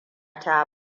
ta